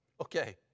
Okay